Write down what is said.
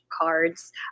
cards